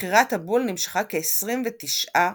מכירת הבול נמשכה כ- 29 חודשים.